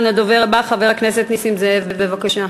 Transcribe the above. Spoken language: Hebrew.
הדובר הבא, חבר הכנסת נסים זאב, בבקשה.